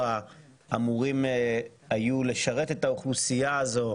אמורים היו לשרת את האוכלוסייה הזאת,